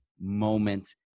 moment